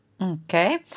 Okay